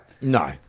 No